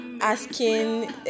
asking